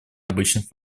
обычных